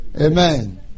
Amen